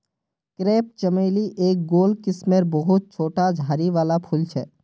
crepe चमेली एक गोल किस्मेर बहुत छोटा झाड़ी वाला फूल छे